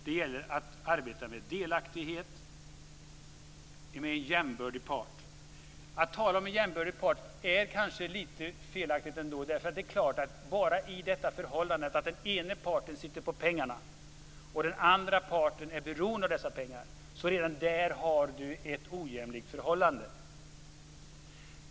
Det gäller att arbeta med delaktighet med en jämbördig part. Att tala om en jämbördig part är kanske ändå litet felaktigt. Den ene parten sitter ju på pengarna och den andre parten är beroende av dessa pengar, så redan där har man ett ojämlikt förhållande.